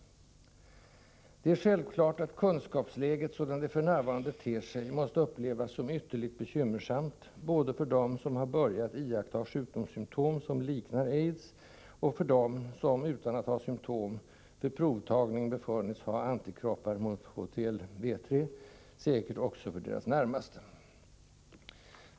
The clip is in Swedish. Det är självklart att kunskapsläget sådant det f. n. ter sig måste upplevas som ytterligt bekymmersamt, både för dem som har börjat iaktta sjukdomssymtom som liknar AIDS och för dem som, utan att ha symtom, vid provtagning befunnits ha antikroppar mot HTLV III — säkert också för deras närmaste.